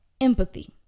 empathy